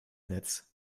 netz